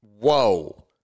Whoa